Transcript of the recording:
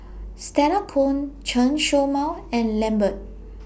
Stella Kon Chen Show Mao and Lambert